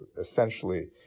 essentially